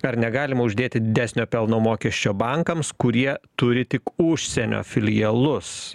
ar negalima uždėti didesnio pelno mokesčio bankams kurie turi tik užsienio filialus